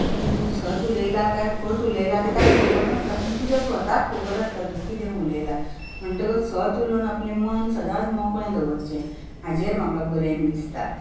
की सत उलयलां काय फट उलयला तें तांकां खबर नासता पूण तुज्या स्वताक खबर आसता तूं कितें उलयलां म्हणटकच सत उलोवन आपलें मन सदांच मोकळें दवरचें हाचेर म्हाक बरयन दिसता